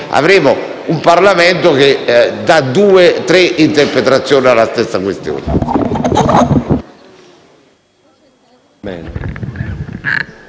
avremo un Parlamento che dà due o tre interpretazioni diverse alla stessa questione.